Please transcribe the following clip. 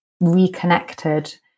reconnected